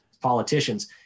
politicians